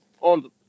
on